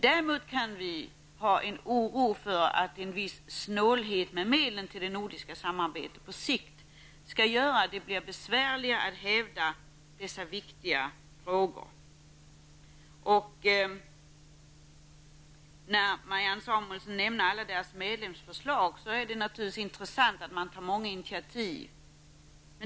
Vi kan däremot hysa oro för att en viss snålhet med medel till det nordiska samarbetet på sikt skall göra att det blir besvärligare att hävda dessa viktiga frågor. Marianne Samuelsson nämner alla deras medlemsförslag, och det är naturligtvis intressant att man tar många initiativ.